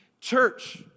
Church